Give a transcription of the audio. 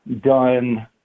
done